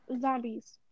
Zombies